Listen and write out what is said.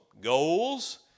goals